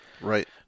Right